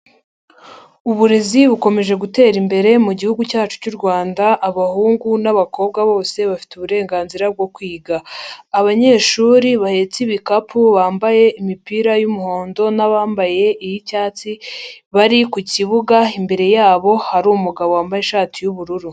Uburezi bukomeje gutera imbere mu gihugu cyacu cy'u Rwanda, abahungu n'abakobwa bose bafite uburenganzira bwo kwiga. Abanyeshuri bahetse ibikapu bambaye imipira y'umuhondo n'abambaye iy'icyatsi, bari ku kibuga imbere yabo hari umugabo wambaye ishati y'ubururu.